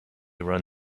run